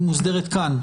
היא מוסדרת כאן.